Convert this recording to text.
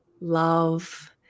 love